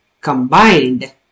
combined